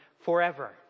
forever